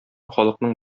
халыкның